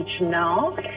now